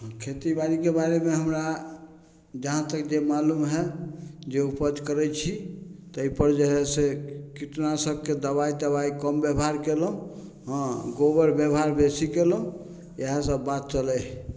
हँ खेतीबाड़ीके बारेमे हमरा जहाँ तक जे मालूम हए जे उपज करैत छी ताहि पर जे हय से कीटनाशकके दबाइ तबाइ कम बेबहार कयलहुँ हँ गोबर बेबहार बेसी कयलहुँ इहए सब बात चलै हय